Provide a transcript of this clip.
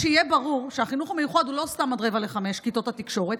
שיהיה ברור שהחינוך המיוחד הוא לא סתם עד 16:45 בכיתות התקשורת,